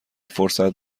فرصت